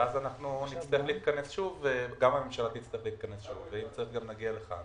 ואז אנחנו נצטרך להתכנס שוב וגם הממשלה תצטרך שוב ואם צריך גם נגיע לכאן